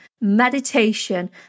meditation